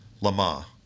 lama